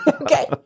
Okay